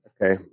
Okay